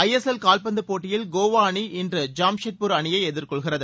ஐ S L கால்பந்து போட்டியில் கோவா அணி இன்று ஜாம்ஷெட்பூர் அணியை எதிர்கொள்கிறது